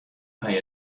pay